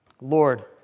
Lord